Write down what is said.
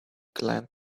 climbed